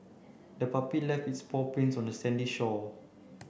the puppy left its paw prints on the sandy shore